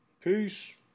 Peace